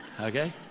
Okay